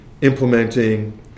implementing